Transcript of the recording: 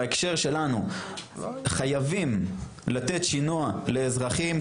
בהקשר שלנו, חייבים לתת שינוע לאזרחים.